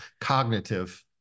cognitive